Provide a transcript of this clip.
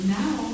now